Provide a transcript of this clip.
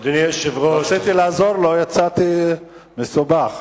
רציתי לעזור לו, יצאתי מסובך.